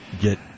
get